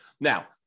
Now